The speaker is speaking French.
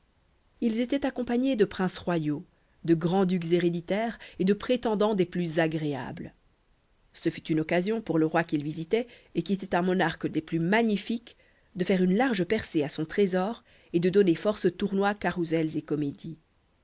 ils étaient accompagnés de princes royaux de grands ducs héréditaires et de prétendants des plus agréables ce fut une occasion pour le roi qu'ils visitaient et qui était un monarque des plus magnifiques de faire une large percée à son trésor et de donner force tournois carrousels et comédies